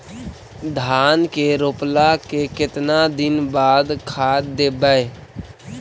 धान के रोपला के केतना दिन के बाद खाद देबै?